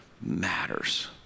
matters